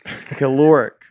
Caloric